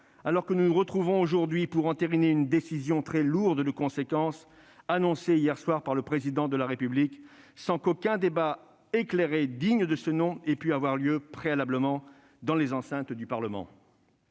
alors que nous nous retrouvons aujourd'hui pour entériner une décision très lourde de conséquences, annoncée hier soir par le Président de la République, sans qu'aucun débat éclairé et digne de ce nom ait pu avoir lieu préalablement dans les enceintes du Parlement.